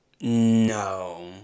No